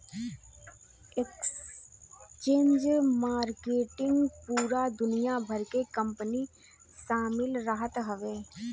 exchange market पूरा दुनिया भर के कंपनी शामिल रहत हवे